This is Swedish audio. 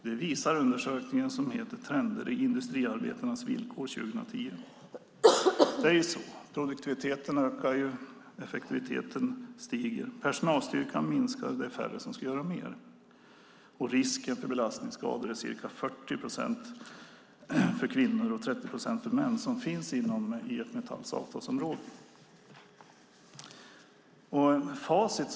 Det visar undersökningen Trender i industriarbetarnas villkor 2010 . Produktiviteten ökar och effektiviteten höjs, men personalstyrkan minskar och färre ska göra mer. Risken för belastningsskador är ca 40 procent för kvinnor och 30 procent för män som finns inom IF Metalls avtalsområde.